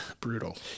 brutal